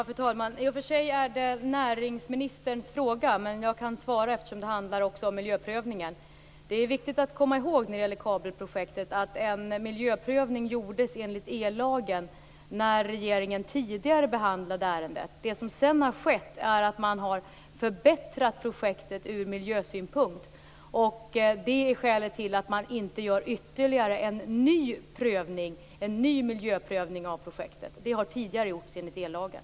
Fru talman! Detta är i och för sig näringsministerns fråga, men jag kan svara eftersom det också handlar om miljöprövningen. När det gäller kabelprojektet är det viktigt att komma ihåg att en miljöprovning gjordes enligt ellagen när regeringen tidigare behandlade ärendet. Det som sedan har skett är att man har förbättrat projektet ur miljösynpunkt. Det är skälet till att man inte gör en ny miljöprövning av projektet. Det har tidigare gjorts enligt ellagen.